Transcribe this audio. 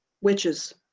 witches